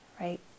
right